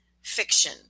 fiction